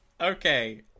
Okay